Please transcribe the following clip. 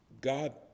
God